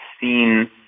seen